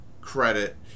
credit